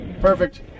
Perfect